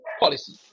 Policy